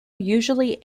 usually